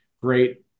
Great